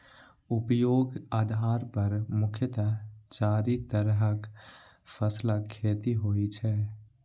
उपयोगक आधार पर मुख्यतः चारि तरहक फसलक खेती होइ छै